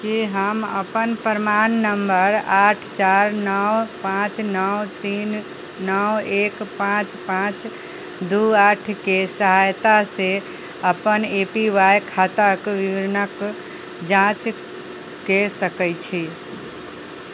की हम अपन प्रमाण नम्बर आठ चारि नओ पांँच नओ तीन नओ एक पांँच पांँच दू आठ के सहायता से अपन ए पी वाय खाताक विवरणक जाँच कए सकैत छी